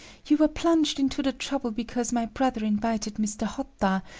you were plunged into the trouble because my brother invited mr. hotta,